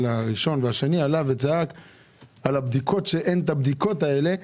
הראשון והשני צעק שאין את הבדיקות האלה,